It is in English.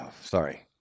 Sorry